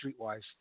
Streetwise